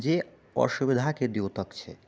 जे असुविधाक द्योतक छै